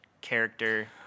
character